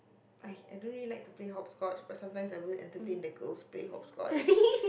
I I don't really like to play hopscotch but sometimes I would entertain the girls play hopscotch